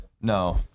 No